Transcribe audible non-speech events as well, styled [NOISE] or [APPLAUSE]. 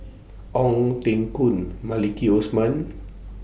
[NOISE] Ong Teng Koon Maliki Osman